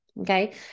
okay